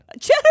Cheddar